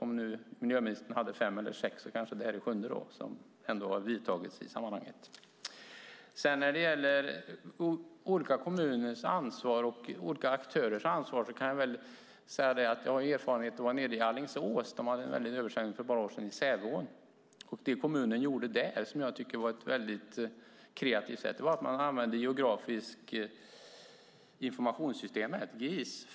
Miljöministern nämnde några, och det här är ytterligare en som har vidtagits. När det gäller olika kommuners och aktörers ansvar kan jag nämna att jag har erfarenhet från Alingsås. Där hade man en stor översvämning i Säveån för några år sedan. Något som kommunen gjorde där och som jag tycker var kreativt var att man använde det geografiska informationssystemet, GIS.